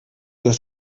das